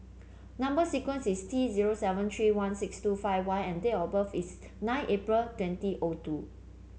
number sequence is T zero seven three one six two five Y and date of birth is nine April twenty O two